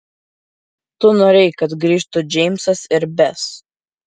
tu norėjai kad grįžtų džeimsas ir bes